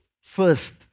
first